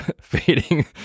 fading